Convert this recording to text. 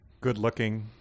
good-looking